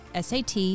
SAT